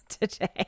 today